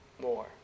more